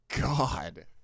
god